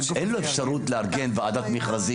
אין לו אפשרות לארגן ועדת מכרזים,